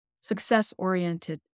success-oriented